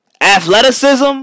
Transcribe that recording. Athleticism